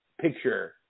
picture